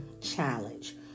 challenge